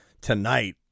tonight